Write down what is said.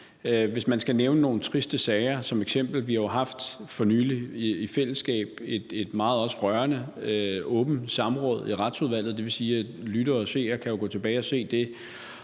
også handler om ofrenes retssikkerhed. Vi har jo for nylig i fællesskab haft et meget rørende åbent samråd i Retsudvalget, og det vil sige, at lyttere og seere kan gå tilbage og se det,